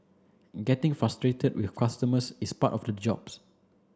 getting frustrated with customers is part of the jobs